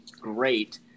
great